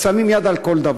הם שמים יד על כל דבר.